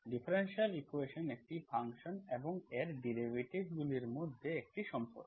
differential equation একটি function এবং এর ডেরিভেটিভস গুলির মধ্যে একটি সম্পর্ক